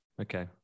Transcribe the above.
Okay